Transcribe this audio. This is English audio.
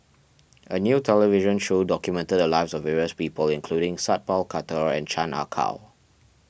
a new television show documented the lives of various people including Sat Pal Khattar and Chan Ah Kow